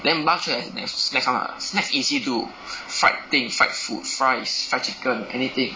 then must have have snacks [one] [what] snacks wasy do fried things fried food fried fried chicken anything